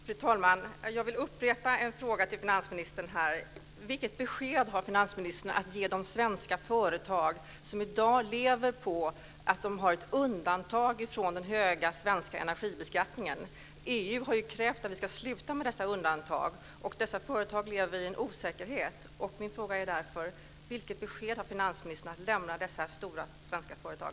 Fru talman! Jag vill upprepa en fråga till finansministern: Vilket besked har finansministern att ge de svenska företag som i dag lever på att de har ett undantag från den höga svenska energibeskattningen? EU har ju krävt att vi ska sluta med dessa undantag, och dessa företag lever i en osäkerhet. Vilket besked har alltså finansministern att lämna dessa stora svenska företag?